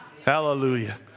Hallelujah